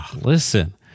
Listen